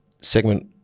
segment